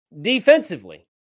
Defensively